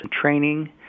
training